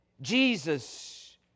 Jesus